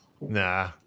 Nah